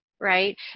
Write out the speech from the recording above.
right